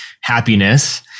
happiness